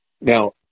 Now